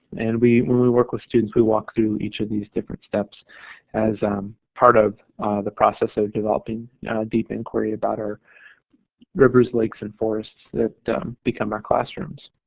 and when we work with students we walk through each of these different steps as um part of the process of developing deep inquiry about our rivers, lakes, and forests that become our classrooms.